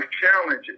challenges